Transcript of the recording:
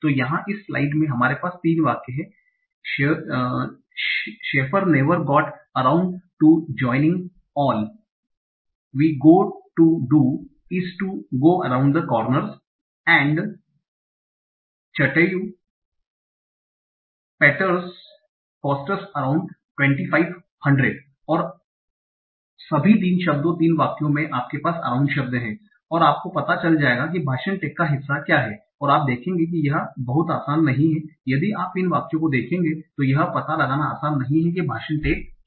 तो यहाँ इस स्लाइड में हमारे पास 3 वाक्य हैं Shaefer never got around to joining all Shaefer never got around to joining all we go to do is to go around the corners और चटेउ पेटरस कोस्टस अराउंड 2500 है और सभी 3 शब्दो 3 वाक्यो में आपके पास अराउंड शब्द है और आपको पता चल जाएगा कि भाषण टैग का हिस्सा क्या है और आप देखेंगे कि यह बहुत आसान नहीं है यदि आप इन वाक्यों को देखेंगे तो यह पता लगाना आसान नहीं है कि भाषण टैग क्या हैं